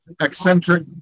eccentric